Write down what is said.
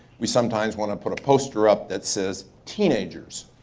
we sometimes want to put a poster up that says teenagers.